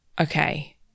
Okay